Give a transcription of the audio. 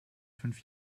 fünf